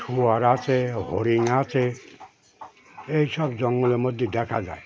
শুয়ার আছে হরিণ আছে এই সব জঙ্গলের মধ্যে দেখা যায়